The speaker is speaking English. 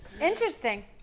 Interesting